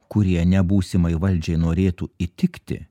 kurie ne būsimai valdžiai norėtų įtikti